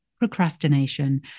Procrastination